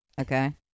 okay